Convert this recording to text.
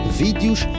vídeos